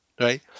right